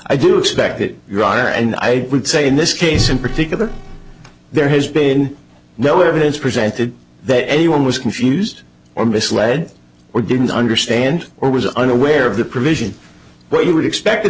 i do expect that you are and i would say in this case in particular there has been no evidence presented that anyone was confused or misled or didn't understand or was unaware of the provisions but you would expect